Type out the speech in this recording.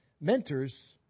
Mentors